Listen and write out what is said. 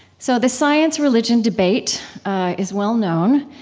so the science-religion debate is well known,